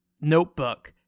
notebook